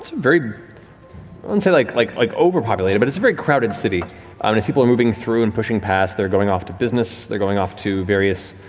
and say like like like overpopulated, but it's a very crowded city. i mean as people are moving through and pushing past, they're going off to business, they're going off to various